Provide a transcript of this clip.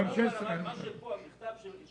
מי שהיום קיבל את הבשורה של שבע,